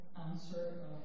Answer